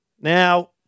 Now